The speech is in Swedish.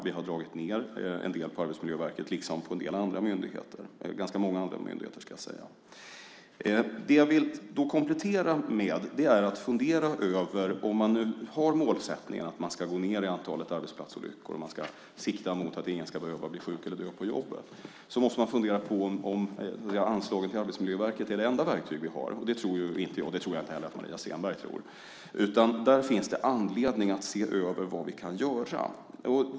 Vi har dragit ned en del på Arbetsmiljöverket liksom på ganska många andra myndigheter. Om man har målsättningen att antalet arbetsplatsolyckor ska gå ned och sikta mot att ingen ska behöva bli sjuk eller dö på jobbet måste man fundera på om anslag till Arbetsmiljöverket är det enda verktyg vi har. Det tror inte jag, och det tror jag inte heller att Maria Stenberg tror. Det finns anledning att se över vad vi kan göra.